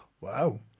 wow